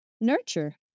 nurture